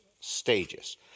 stages